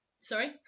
sorry